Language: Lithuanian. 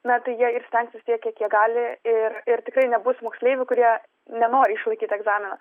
na tai jie ir stengsis tiek kiek jie gali ir ir tikrai nebus moksleivių kurie nenori išlaikyt egzaminą